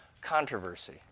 controversy